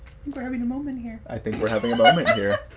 we're having a moment here i think we're having a moment here.